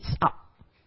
up